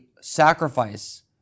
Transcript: sacrifice